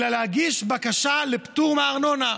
אלא להגיש בקשה לפטור מארנונה.